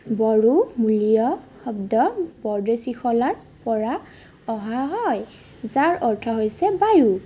বড়োমূলীয় শব্দ বৰদৈচিখলাৰ পৰা অহা হয় যাৰ অৰ্থ হৈছে বায়ু